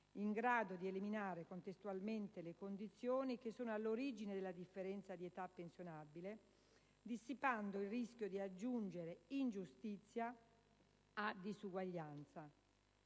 in grado di eliminare contestualmente le condizioni che sono all'origine della differenza di età pensionabile, dissipando il rischio di aggiungere ingiustizia a disuguaglianza.